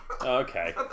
Okay